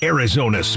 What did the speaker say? Arizona